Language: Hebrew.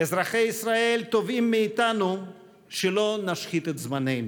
אירחנו מאות משלחות מכל רחבי